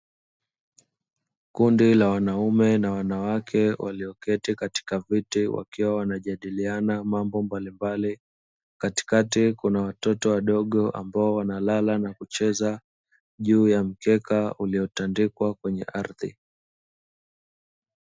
Kundi la wanaume na wanawake walioketi katika viti, wakiwa wanajadiliana mambo mbalimbali, katikati kuna watoto wadogo ambao wanalala na kucheza juu ya mkeka uliotandikwa kwenye ardhi.